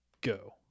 go